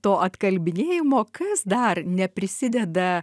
to atkalbinėjimo kas dar neprisideda